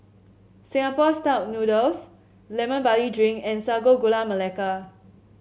Singapore style noodles Lemon Barley Drink and Sago Gula Melaka